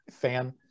fan